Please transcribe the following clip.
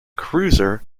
cruiser